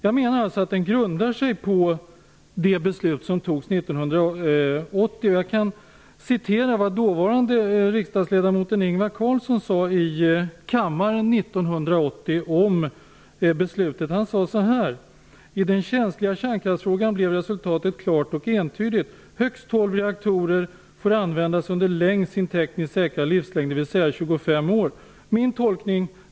Jag menar att den grundar sig på det beslut som fattades Jag skall återge vad dåvarande riksdagsledamoten Ingvar Carlsson sade här i kammaren 1980 om beslutet: I den känsliga kärnkraftsfrågan blev resultatet klart och entydigt. Högst 12 reaktorer får användas under längst sin tekniskt säkra livslängd, dvs. 25 år. Herr talman!